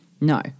No